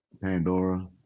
pandora